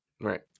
Right